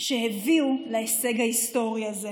שהביאו להישג ההיסטורי הזה.